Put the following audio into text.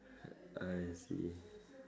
I see